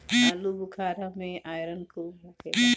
आलूबुखारा में आयरन खूब होखेला